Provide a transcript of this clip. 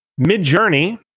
MidJourney